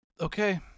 Okay